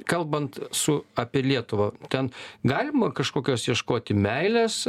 kalbant su apie lietuvą ten galima kažkokios ieškoti meilės